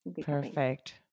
Perfect